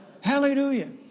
Hallelujah